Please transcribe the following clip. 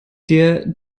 der